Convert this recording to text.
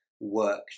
work